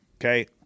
Okay